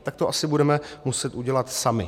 Tak to asi budeme muset udělat sami.